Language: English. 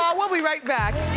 um we'll be right back.